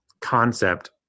concept